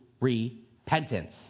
repentance